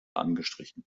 angestrichen